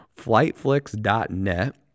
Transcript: flightflix.net